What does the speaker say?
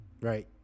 right